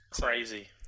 Crazy